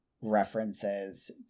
references